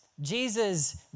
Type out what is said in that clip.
Jesus